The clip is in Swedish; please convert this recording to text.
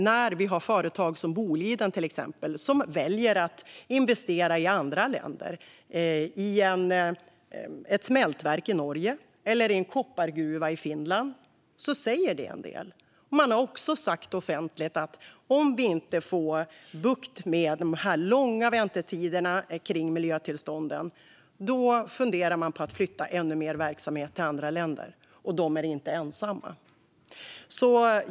När företag som Boliden väljer att investera i andra länder, i ett smältverk i Norge eller i en koppargruva i Finland, säger det förstås en del. De har också sagt offentligt att om vi inte får bukt med de långa väntetiderna för miljötillstånden funderar de på att flytta ännu mer verksamhet till andra länder - och de är inte ensamma.